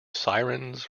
sirens